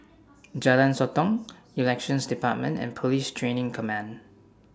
Jalan Sotong Elections department and Police Training Command